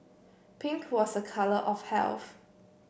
pink was a colour of health